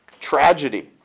tragedy